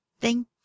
thank